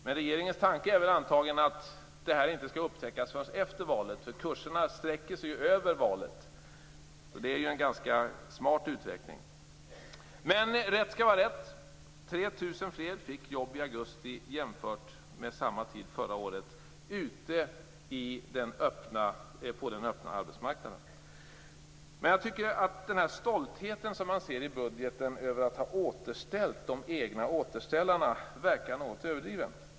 Men regeringens tanke är väl att detta inte skall upptäckas förrän efter valet, för kurserna sträcker sig över valet. Det är en smart uträkning. Men rätt skall vara rätt: 3 000 fler fick jobb i augusti jämfört med samma tid förra året på den öppna arbetsmarknaden. Den stolthet man känner över att i budgeten ha återställt de egna återställarna verkar något överdriven.